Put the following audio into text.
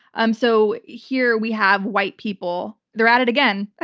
um so here we have white people, they're at it again.